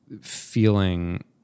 feeling